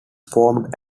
formed